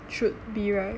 should be [right]